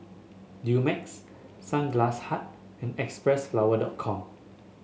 Dumex Sunglass Hut and X Press flower dot Com